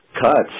cuts